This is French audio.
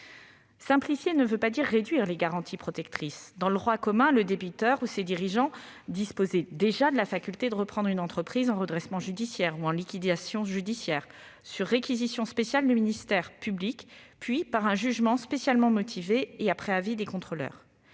Simplifier ne veut pas dire réduire les garanties protectrices. Dans le droit commun, le débiteur ou les dirigeants disposaient déjà de la faculté de reprendre une entreprise en redressement ou en liquidation judiciaire, sur réquisitions spéciales du ministère public, par un jugement spécialement motivé et rendu après avis des contrôleurs.